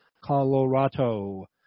Colorado